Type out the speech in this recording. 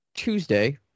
Tuesday